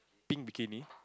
pink bikini